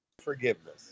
forgiveness